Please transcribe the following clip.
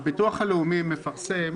הביטוח הלאומי מפרסם